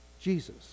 Jesus